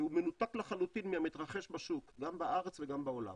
והוא מנותק לחלוטין מהמתרחש בשוק, גם בארץ ובעולם.